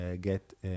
get